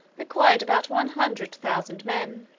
required about one hundred thousand men.